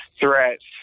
threats